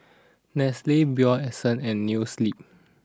Nestle Bio Essence and Noa Sleep